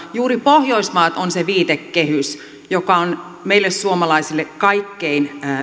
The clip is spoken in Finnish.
juuri pohjoismaat on se viitekehys joka on meille suomalaisille kaikkein